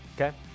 Okay